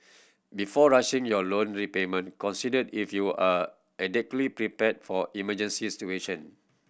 before rushing your loan repayment consider if you are adequately prepared for emergency situation